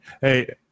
Hey